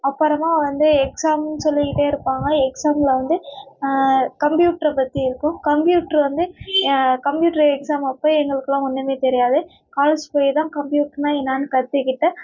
அப்பறமா வந்து எக்ஸாமும் சொல்லிகிட்டே இருப்பாங்க எக்ஸாமில் வந்து கம்ப்யூட்டரை பற்றி இருக்கும் கம்ப்யூட்டரு வந்து கம்ப்யூட்டரு எக்ஸாம் அப்போ எங்களுக்கெலாம் ஒன்றுமே தெரியாது காலேஜ் போய் தான் கம்ப்யூட்ருனா என்னான்னு கற்றுக்கிட்டேன்